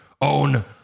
own